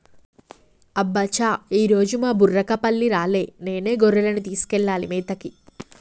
అబ్బ చా ఈరోజు మా బుర్రకపల్లి రాలే నేనే గొర్రెలను తీసుకెళ్లాలి మేతకి